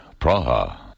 Praha